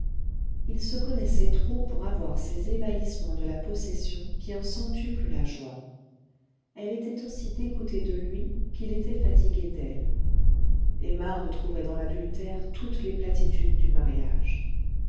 ils se connaissaient trop pour avoir ces ébahissements de la possession qui en centuplent la joie elle était aussi dégoûtée de lui qu'il était fatigué d'elle emma retrouvait dans l'adultère toutes les platitudes du mariage